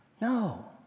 No